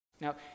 Now